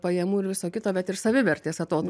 pajamų ir viso kito bet ir savivertės atotrū